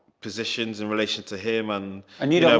positions in relation to him, and and you don't